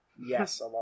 Yes